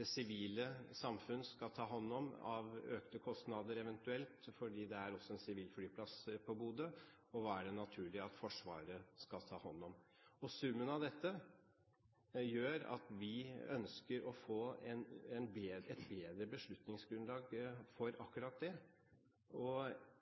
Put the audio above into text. det sivile samfunn skal ta hånd om av økte kostnader eventuelt, fordi det også er en sivil flyplass i Bodø, og hva er det naturlig at Forsvaret skal ta hånd om? Summen av dette gjør at vi ønsker å få et bedre beslutningsgrunnlag for akkurat det.